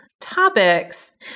topics